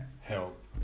help